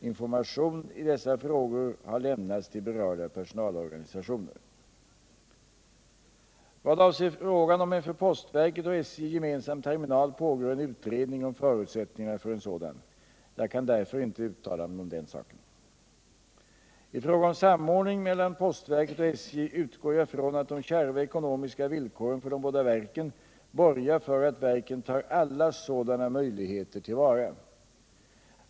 Information i dessa frågor har lämnats till berörda personalorganisationer. Vad avser frågan om en för postverket och SJ gemensam terminal pågår en utredning om förutsättningarna för en sådan. Jag kan därför inte uttala mig om den saken. I fråga om samordning mellan postverket och SJ utgår jag från att de kärva ekonomiska villkoren för de båda verken borgar för att verken tar alla sådana möjligheter till vara.